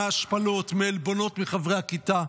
מהשפלות ומעלבונות מחברי הכיתה.